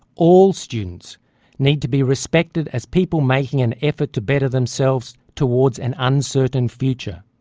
all students need to be respected as people making an effort to better themselves towards an uncertain future.